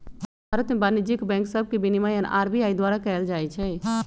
भारत में वाणिज्यिक बैंक सभके विनियमन आर.बी.आई द्वारा कएल जाइ छइ